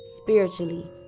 spiritually